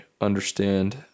understand